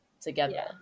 together